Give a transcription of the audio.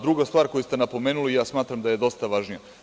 Druga stvar koju ste napomenuli, ja smatram da je dosta važnija.